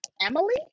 Emily